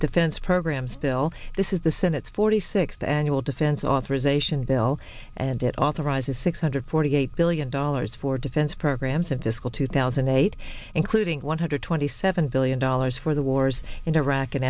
defense programs bill this is the senate's forty sixth annual defense authorization bill and it authorizes six hundred forty eight billion dollars for defense programs of this school two thousand and eight including one hundred twenty seven billion dollars for the wars in iraq and